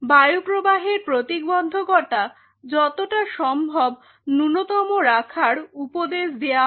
বায়ুপ্রবাহের প্রতিবন্ধকতা যতটা সম্ভব নূন্যতম রাখার উপদেশ দেওয়া হয়